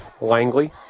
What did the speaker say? Langley